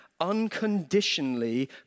unconditionally